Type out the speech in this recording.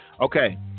Okay